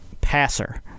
passer